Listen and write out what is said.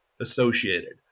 Associated